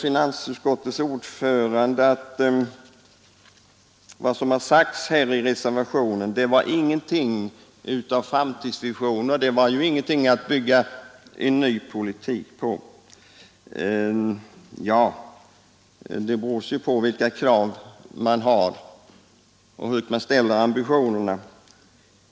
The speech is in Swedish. Finansutskottets ordförande hävdade också att vad som sagts i reservationen 1 vid finansutskottets betänkande innehåller ingenting av framtidsvisioner och är ingenting att bygga en ny politik på. Ja, det beror ju på vilka krav man har och hur högt man ställer ambitionerna.